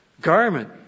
garment